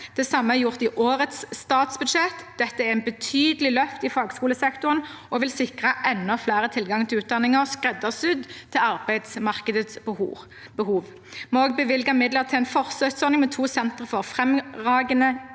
Det samme er gjort i årets statsbudsjett. Dette er et betydelig løft i fagskolesektoren og vil sikre enda flere tilgang til utdanninger skreddersydd til arbeidsmarkedets behov. Vi har også bevilget midler til en forsøksordning med to sentre for fremragende